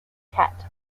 piquet